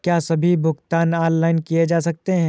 क्या सभी भुगतान ऑनलाइन किए जा सकते हैं?